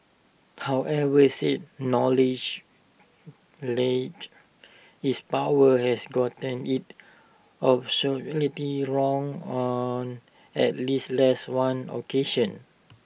however said knowledge is power has gotten IT absolutely wrong on at least less one occasion